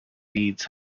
beads